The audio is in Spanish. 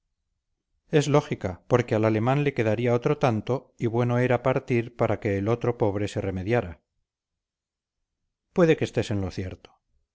es lógica porque al alemán le quedaría otro tanto y bueno era partir para que el otro pobre se remediara puede que estés en lo cierto